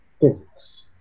physics